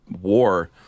war